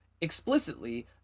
explicitly